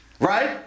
Right